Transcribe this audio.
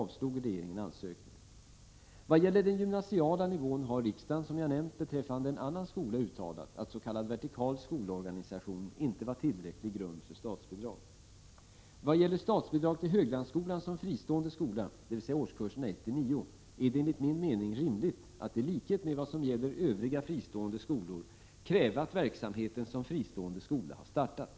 Vad gäller den gymnasiala nivån har riksdagen som jag nämnt, beträffande en annan skola uttalat att s.k. vertikal skolorganisation inte var tillräcklig grund för statsbidrag. Vad avser statsbidrag till Höglandsskolan som fristående skola, dvs. årskurserna 1-9, är det enligt min mening rimligt att i likhet med vad som gäller övriga fristående skolor kräva att verksamheten som fristående skola har startat.